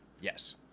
Yes